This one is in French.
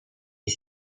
est